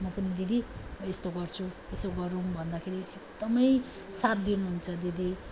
म पनि दिदी यस्तो गर्छु यसो गरौँ भन्दाखेरि एकदम साथ दिनु हुन्छ दिदी